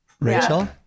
Rachel